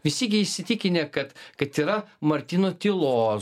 visi jie įsitikinę kad kad yra martyno tylos